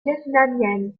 vietnamiennes